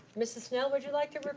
mrs. snell, would you like to?